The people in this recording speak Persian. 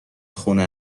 خونه